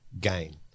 gain